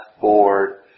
board